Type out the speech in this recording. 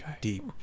Deep